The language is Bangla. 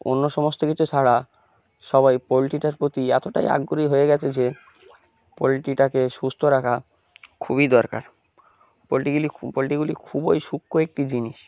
অন্য সমস্ত কিছু ছাড়া সবাই পোলট্রিটার প্রতি এতটাই আগ্রহী হয়ে গেছে যে পোলট্রিটাকে সুস্থ রাখা খুবই দরকার পোলট্রিগুলি পোলট্রিগুলি খুবই সূক্ষ্ম একটি জিনিস